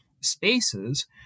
spaces